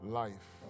life